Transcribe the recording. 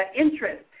interest